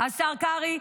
השר קרעי,